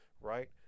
right